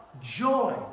joy